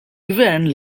gvern